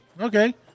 okay